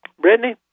Brittany